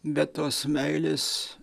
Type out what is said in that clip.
bet tos meilės